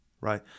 right